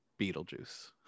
Beetlejuice